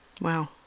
Wow